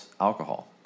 alcohol